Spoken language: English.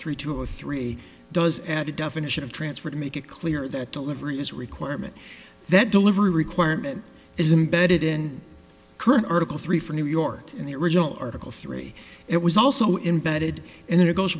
three two or three does add a definition of transfer to make it clear that delivery is requirement that delivery requirement is embedded in current article three for new york in the original article three it was also invented and it goes